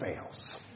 fails